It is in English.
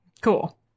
Cool